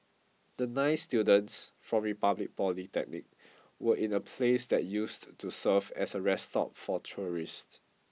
the nine students from Republic Polytechnic were in a place that used to serve as a rest stop for tourists